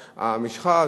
החוצה.